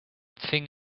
thing